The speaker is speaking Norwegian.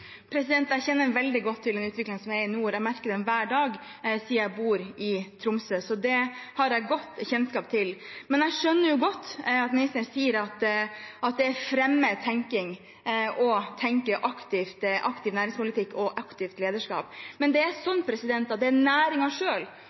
Jeg kjenner veldig godt til utviklingen i nord. Jeg merker den hver dag siden jeg bor i Tromsø, så dette har jeg god kjennskap til. Jeg skjønner godt at ministeren sier det er fremmed å tenke aktiv næringspolitikk og aktivt lederskap, men det er